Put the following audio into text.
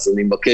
אז אני מבקש,